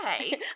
Okay